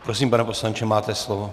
Prosím, pane poslanče, máte slovo.